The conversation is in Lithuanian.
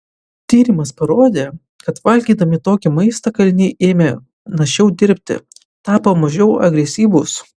tyrimas parodė kad valgydami tokį maistą kaliniai ėmė našiau dirbti tapo mažiau agresyvūs